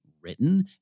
written